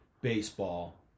baseball